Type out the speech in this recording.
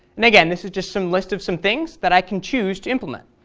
and again, this is just some list of some things that i can choose to implement.